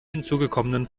hinzugekommenen